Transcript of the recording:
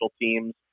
teams